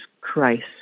Christ